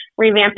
revamping